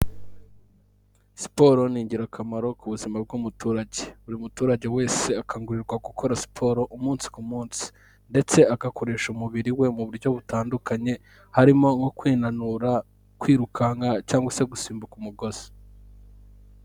Siporo ni ingirakamaro ku buzima bw'umuturage. Buri muturage wese akangurirwa gukora siporo umunsi ku munsi ndetse agakoresha umubiri we mu buryo butandukanye, harimo nko kwinanura, kwirukanka cyangwa se gusimbuka umugozi.